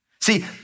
See